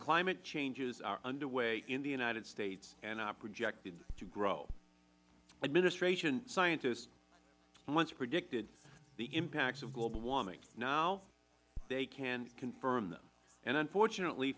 climate changes are underway in the united states and are projected to grow administration scientists once predicted the impacts of global warming now they can confirm them and unfortunately